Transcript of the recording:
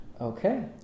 Okay